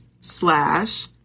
slash